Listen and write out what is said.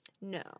No